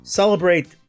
celebrate